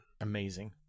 Amazing